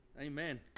Amen